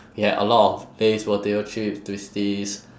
ya a lot of lays potato chip twisties